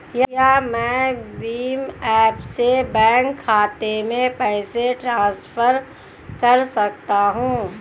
क्या मैं भीम ऐप से बैंक खाते में पैसे ट्रांसफर कर सकता हूँ?